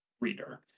Reader